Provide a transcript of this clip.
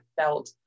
felt